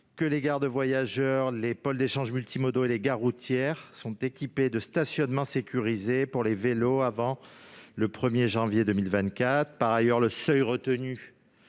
que les gares de voyageurs, les pôles d'échanges multimodaux et les gares routières doivent s'équiper de parcs de stationnement sécurisés pour les vélos avant le 1 janvier 2024. Par ailleurs, le seuil retenu